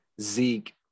Zeke